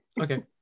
Okay